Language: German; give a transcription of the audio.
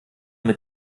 mit